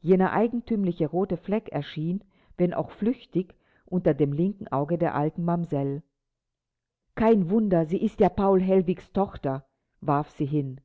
jener eigentümliche rote fleck erschien wenn auch flüchtig unter dem linken auge der alten mamsell kein wunder sie ist ja paul hellwigs tochter warf sie hin